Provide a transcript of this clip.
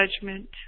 judgment